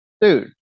dude